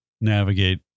navigate